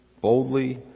boldly